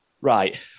right